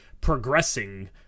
progressing